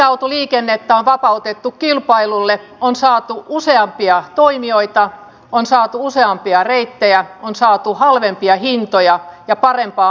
autoliikennettä on vapautettu kilpailulle on saatu useampia toimijoita on saatu useampia reittejä on saatu halvempia hintoja ja parempaa